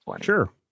sure